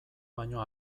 baino